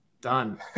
Done